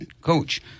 coach